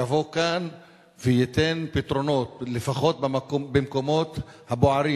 יבוא כאן וייתן פתרונות, לפחות במקומות הבוערים.